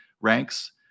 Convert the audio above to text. ranks